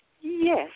Yes